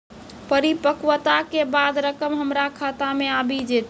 परिपक्वता के बाद रकम हमरा खाता मे आबी जेतै?